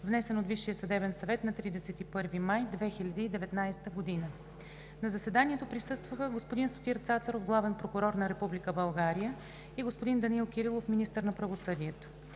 внесен от Висшия съдебен съвет на 31 май 2019 г. На заседанието присъстваха господин Сотир Цацаров – главен прокурор на Република България, и господин Данаил Кирилов – министър на правосъдието.